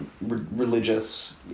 religious